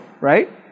right